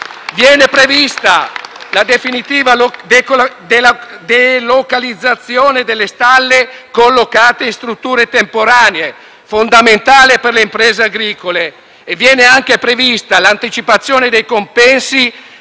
inoltre prevista la definitiva delocalizzazione delle stalle collocate in strutture temporanee, fondamentale per le imprese agricole. Viene anche prevista l’anticipazione dei compensi